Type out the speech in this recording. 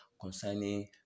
concerning